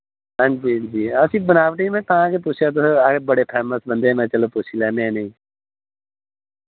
हां जी हां जी असी बनावटी मैं तां गै पुच्छेआ तुस अस बड़े फेमस बंदे म्है चलो पुच्छी लैने इन्हें